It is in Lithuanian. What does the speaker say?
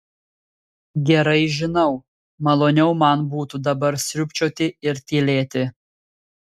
gerai žinau maloniau man būtų dabar sriubčioti ir tylėti